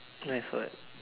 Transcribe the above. nice what